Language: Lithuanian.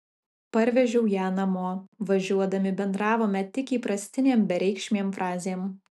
parvežiau ją namo važiuodami bendravome tik įprastinėm bereikšmėm frazėm